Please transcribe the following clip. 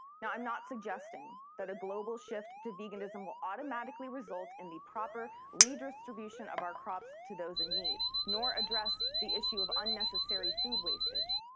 i'm not suggesting that a global shift to veganism will automatically result in the proper redistribution of our crops to those in need, nor address the issue of unnecessary food wastage,